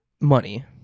money